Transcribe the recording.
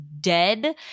dead